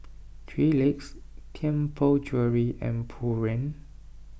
three Legs Tianpo Jewellery and Pureen